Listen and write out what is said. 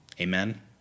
amen